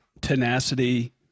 tenacity